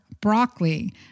broccoli